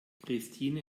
christine